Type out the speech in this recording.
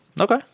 okay